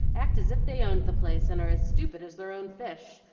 act as if they owned the place and are as stupid as their own fish,